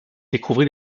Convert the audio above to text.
découvrit